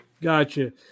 Gotcha